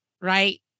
right